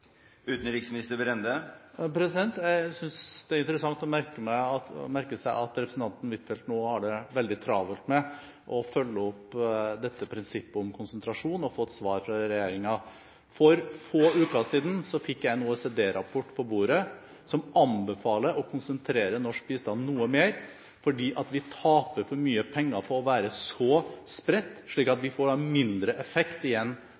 Jeg synes det er interessant å merke seg at representanten Huitfeldt nå har det veldig travelt med å følge opp dette prinsippet om konsentrasjon og få et svar fra regjeringen. For få uker siden fikk jeg en OECD-rapport på bordet som anbefaler å konsentrere norsk bistand noe mer, fordi vi taper for mye penger på å være så spredt, for da får vi mindre effekt igjen